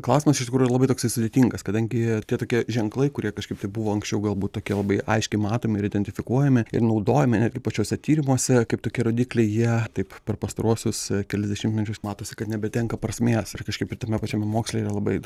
klausimas iš tikrųjų labai toks sudėtingas kadangi tie tokie ženklai kurie kažkaip tai buvo anksčiau galbūt tokie labai aiškiai matomi ir identifikuojami ir naudojami netgi pačiuose tyrimuose kaip tokie rodikliai jie taip per pastaruosius kelis dešimtmečius matosi kad nebetenka prasmės ir kažkaip ir tame pačiame moksle yra labai